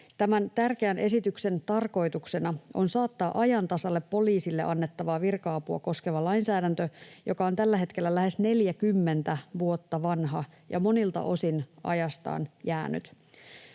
Tämän tärkeän esityksen tarkoituksena on saattaa ajan tasalle poliisille annettavaa virka-apua koskeva lainsäädäntö, joka on tällä hetkellä lähes 40 vuotta vanha ja monilta osin ajastaan jäänyt.